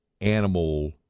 animal